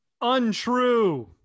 Untrue